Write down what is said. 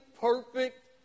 perfect